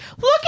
Look